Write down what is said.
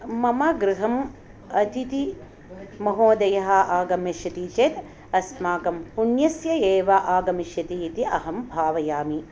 मम गृहं अतिथिमहोदयः आगमिष्यति चेत् अस्माकं पुण्यस्य एव आगमिष्यति इति अहं भावयामि